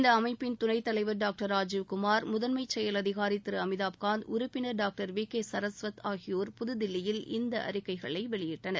இந்த அமைப்பின் துணைத் தலைவர் டாக்டர் ராஜீவ் குமார் முதன்மை செயல் அதிகாரி திரு அமிதாப் காந்த் உறுப்பினர் டாக்டர் வி கே சரஸ்வத் ஆகியோர் புதுதில்லியில் இந்த அறிக்கைகளை வெளியிட்டனர்